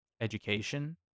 education